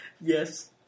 Yes